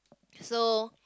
so